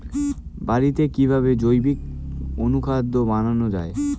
বাড়িতে কিভাবে জৈবিক অনুখাদ্য বানানো যায়?